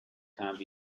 camp